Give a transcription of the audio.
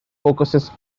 focuses